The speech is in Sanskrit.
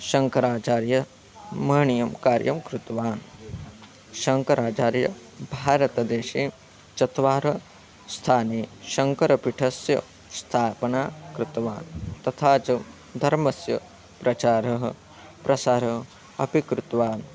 शङ्कराचार्यः महनीयं कार्यं कृतवान् शङ्कराचार्यः भारतदेशे चत्वारस्थाने शङ्करपीठस्य स्थापना कृतवान् तथा च धर्मस्य प्रचारः प्रसारः अपि कृतवान्